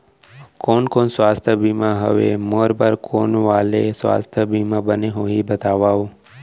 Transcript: कोन कोन स्वास्थ्य बीमा हवे, मोर बर कोन वाले स्वास्थ बीमा बने होही बताव?